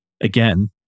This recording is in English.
again